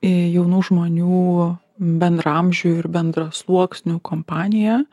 jaunų žmonių bendraamžių ir bendrasluoksnių kompaniją